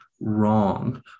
wrong